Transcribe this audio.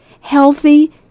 healthy